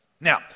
now